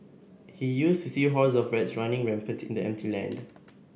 he used to see hordes of rats running rampant in the empty land